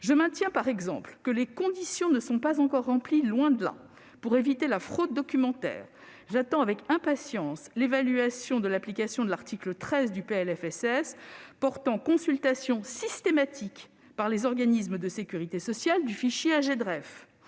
Je maintiens, par exemple, que les conditions ne sont pas encore remplies, loin de là, pour éviter la fraude documentaire. J'attends avec impatience l'évaluation de l'article 13 du PLFSS portant consultation systématique par les organismes de sécurité sociale du fichier de